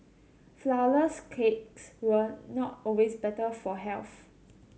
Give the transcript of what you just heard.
flourless cakes were not always better for health